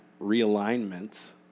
realignment